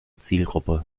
zielgruppe